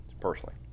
personally